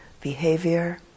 behavior